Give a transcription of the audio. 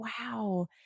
Wow